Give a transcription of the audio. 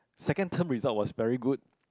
second term result was very good